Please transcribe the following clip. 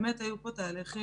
באמת היו פה תהליכים,